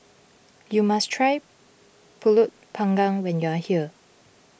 you must try Pulut Panggang when you are here